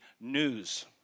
news